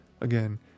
Again